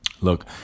look